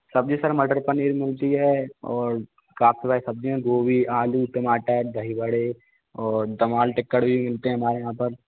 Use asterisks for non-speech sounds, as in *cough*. सब्जी सर मटर पनीर मिलती है और *unintelligible* सब्जी में गोभी आलू टमाटर दही बड़े और दाल टिक्कड़ भी मिलते हैं हमारे यहाँ पर